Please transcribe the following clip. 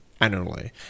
annually